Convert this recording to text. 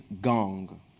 gong